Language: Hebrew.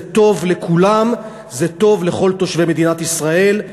זה טוב לכולם, זה טוב לכל תושבי מדינת ישראל.